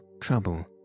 trouble